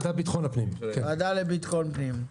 הוועדה לביטחון פנים.